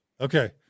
Okay